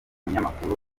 umunyamakuru